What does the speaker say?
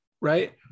Right